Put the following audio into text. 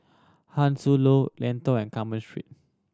How Sun Lentor and Carmen Street